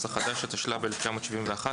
התשל"ב 1971,